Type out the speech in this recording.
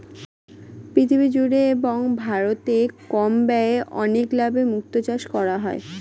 পৃথিবী জুড়ে এবং ভারতে কম ব্যয়ে অনেক লাভে মুক্তো চাষ করা হয়